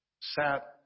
sat